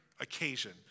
occasion